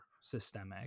systemic